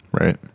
right